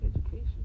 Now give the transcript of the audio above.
Education